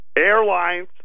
Airlines